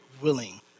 willing